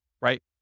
right